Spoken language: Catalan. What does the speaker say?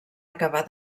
acabar